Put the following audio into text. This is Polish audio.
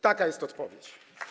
Taka jest odpowiedź.